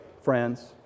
friends